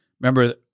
Remember